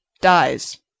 Dies